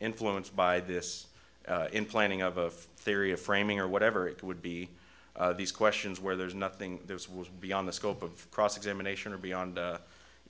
influenced by this in planning of theory of framing or whatever it would be these questions where there's nothing there is was beyond the scope of cross examination or beyond